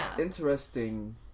interesting